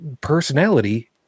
personality